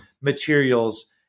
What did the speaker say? materials